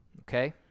Okay